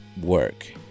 work